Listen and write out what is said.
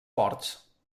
ports